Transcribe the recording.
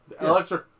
electric